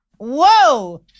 Whoa